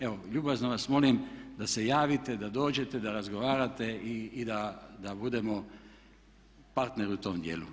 Evo ljubazno vas molim da se javite, da dođete, da razgovarate i da budemo partneri u tom djelu.